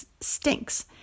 stinks